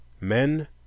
men